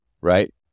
right